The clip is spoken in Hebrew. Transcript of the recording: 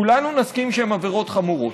כולנו נסכים שהן עבירות חמורות,